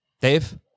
Dave